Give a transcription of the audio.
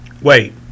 Wait